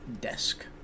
desk